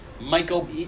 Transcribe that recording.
Michael